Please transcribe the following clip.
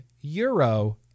euro